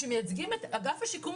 שמייצגים את אגף השיקום,